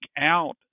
out